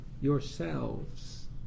yourselves